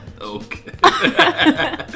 Okay